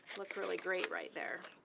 look really great right there.